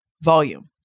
volume